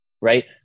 right